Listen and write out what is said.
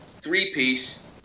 three-piece